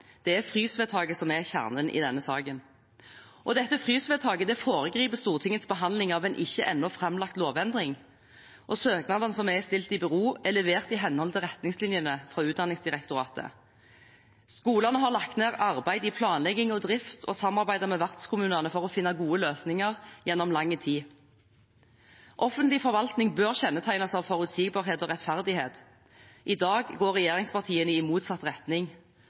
Det er frysvedtaket som er kjernen i denne saken. Dette frysvedtaket foregriper Stortingets behandling av en ikke ennå framlagt lovendring. Søknadene som er stilt i bero, er levert i henhold til retningslinjene fra Utdanningsdirektoratet. Skolene har lagt ned arbeid i planlegging og drift og samarbeider med vertskommunene for å finne gode løsninger gjennom lang tid. Offentlig forvaltning bør kjennetegnes av forutsigbarhet og rettferdighet. I dag går regjeringspartiene i motsatt retning.